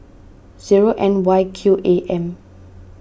zero N Y Q A M